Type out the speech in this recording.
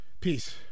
Peace